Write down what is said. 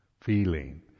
feeling